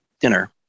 dinner